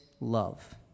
love